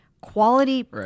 quality